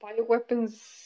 bioweapons